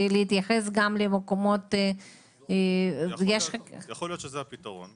להתייחס גם ל --- יכול להיות שזה הפתרון,